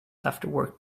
afterwork